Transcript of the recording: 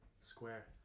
square